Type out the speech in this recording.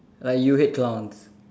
like you hate clowns